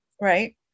right